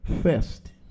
first